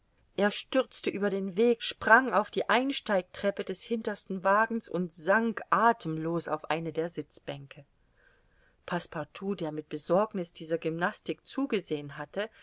er stürzte über den weg sprang auf die einsteigtreppe des hintersten wagens und sank athemlos auf eine der sitzbänke passepartout der mit besorgniß dieser gymnastik zugesehen hatte